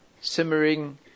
simmering